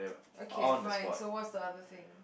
okay fine so what's the other thing